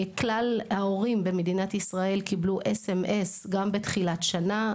כלל ההורים במדינת ישראל קיבלו אס.אם.אס גם בתחילת שנה,